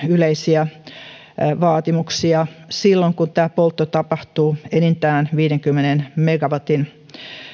yleisiä vaatimuksia silloin kun poltto tapahtuu enintään viidenkymmenen megawatin